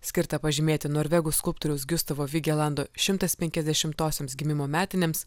skirtą pažymėti norvegų skulptoriaus giustavo vigelando šimtas penkiasdešimtosioms gimimo metinėms